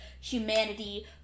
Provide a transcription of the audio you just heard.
humanity